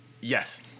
Yes